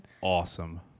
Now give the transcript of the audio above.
awesome